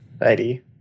ID